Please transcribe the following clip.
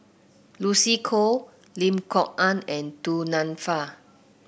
Lucy Koh Lim Kok Ann and Du Nanfa